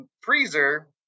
freezer